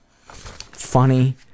funny